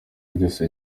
ryose